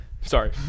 Sorry